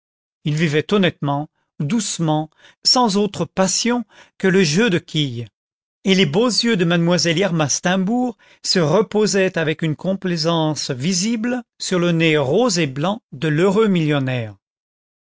il vivait honnêtement doucement sans autre passion que le jeu de quilles et les beaux yeux de mademoiselle irma steimbourg se reposaient avec une complaisance visible sur le nez rose et blanc de l'heureux millionnaire